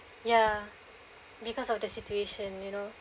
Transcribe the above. ya because of the situation you know